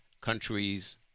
countries